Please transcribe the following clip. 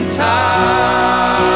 time